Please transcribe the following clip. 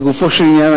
לגופו של עניין,